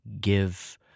give